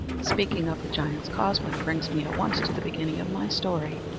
speaking of the giant's causeway brings me at once to the beginning of my story.